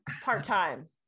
part-time